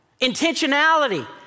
intentionality